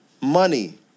money